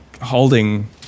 holding